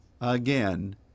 again